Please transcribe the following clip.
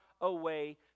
away